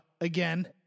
again